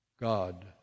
God